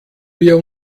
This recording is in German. wir